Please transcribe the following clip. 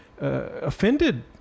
offended